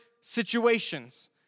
situations